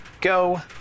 go